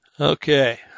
okay